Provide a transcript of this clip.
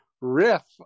riff